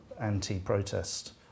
anti-protest